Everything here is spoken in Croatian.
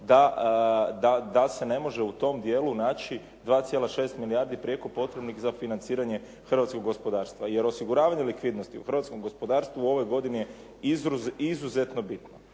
da se ne može u tome dijelu naći 2,6 milijardi prijeko potrebnih za financiranje hrvatskog gospodarstva. Jer osiguravanje likvidnosti u hrvatskom gospodarstvu u ovoj godini je izuzetno bitno.